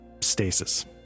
stasis